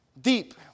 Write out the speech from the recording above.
deep